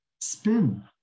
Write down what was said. spin